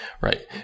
right